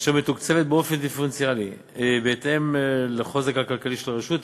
אשר מתוקצבת באופן דיפרנציאלי בהתאם לחוזק הכלכלי של הרשות.